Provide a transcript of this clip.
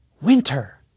winter